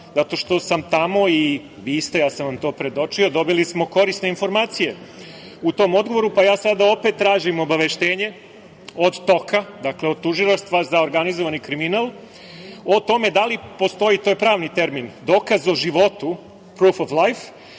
zato što sam tamo, i vi ste, ja sam to predočio, dobili smo korisne informacije u tom odgovoru, pa ja sada opet tražimo obaveštenje od TOK-a, od Tužilaštva za organizovani kriminal o tome da li postoji, to je pravni termin, dokaz o životu „pruf of lajf“,